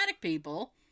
people